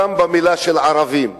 גם במלה "ערבים".